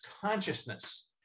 consciousness